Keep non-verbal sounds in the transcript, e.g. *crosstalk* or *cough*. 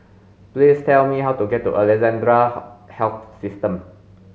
please tell me how to get to Alexandra *unintelligible* Health System